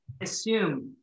assume